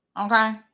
Okay